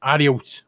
Adios